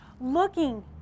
looking